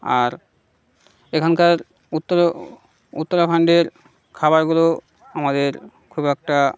আর এখানকার উত্তর উত্তরাখান্ডের খাবারগুলো আমাদের খুব একটা